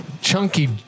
chunky